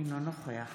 אינו נוכח